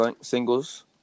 singles